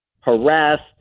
harassed